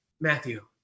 Matthew